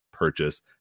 purchase